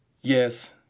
Yes